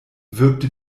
wirkte